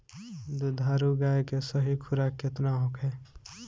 दुधारू गाय के सही खुराक केतना होखे?